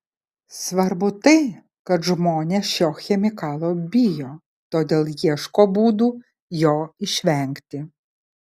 svarbu tai kad žmonės šio chemikalo bijo todėl ieško būdų jo išvengti